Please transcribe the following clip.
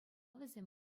вӗсем